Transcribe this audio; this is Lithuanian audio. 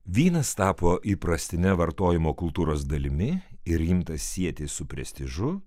vynas tapo įprastine vartojimo kultūros dalimi ir imtas sieti su prestižu